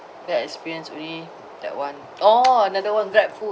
bad experience only that [one] oh another one grabfood